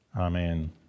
Amen